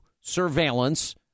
surveillance